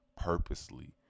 purposely